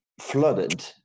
flooded